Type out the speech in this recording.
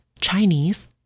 Chinese